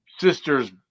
sister's